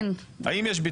כי יש לה